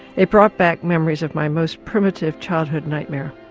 it brought back memories of my most primitive childhood nightmare.